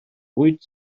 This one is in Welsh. wyt